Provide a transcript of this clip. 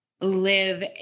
live